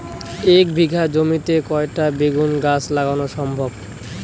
এক বিঘা জমিতে কয়টা বেগুন গাছ লাগানো সম্ভব?